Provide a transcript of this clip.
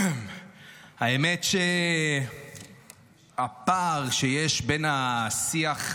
האמת היא שהפער שיש בין השיח,